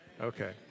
Okay